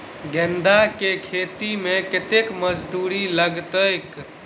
गेंदा केँ खेती मे कतेक मजदूरी लगतैक?